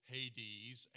Hades